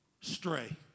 Stray